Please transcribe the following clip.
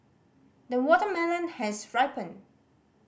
the watermelon has ripened